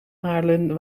aarlen